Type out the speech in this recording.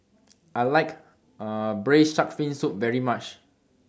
I like Braised Shark Fin Soup very much